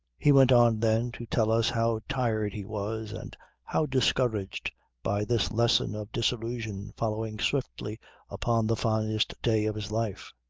he went on then to tell us how tired he was and how discouraged by this lesson of disillusion following swiftly upon the finest day of his life.